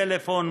טלפון,